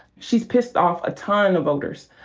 she's pissed off a ton of voters,